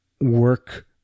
work